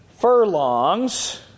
furlongs